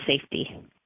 Safety